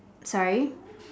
sorry